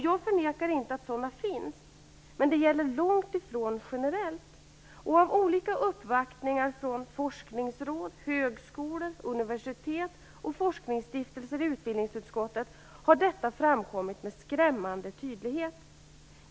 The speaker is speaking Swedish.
Jag förnekar inte att sådana finns, men det gäller långtifrån generellt. Av olika uppvaktningar i utbildningsutskottet från forskningsråd, högskolor, universitet och forskningsstiftelser har detta framkommit med skrämmande tydlighet.